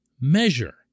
measure